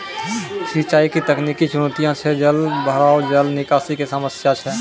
सिंचाई के तकनीकी चुनौतियां छै जलभराव, जल निकासी के समस्या छै